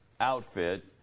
outfit